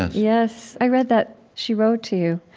yes. i read that she wrote to you,